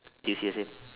do you see the same